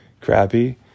crappy